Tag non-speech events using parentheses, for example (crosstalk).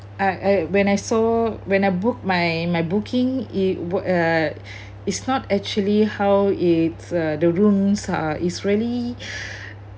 I I when I saw when I booked my my booking it would uh it's not actually how it's uh the rooms are is really (breath)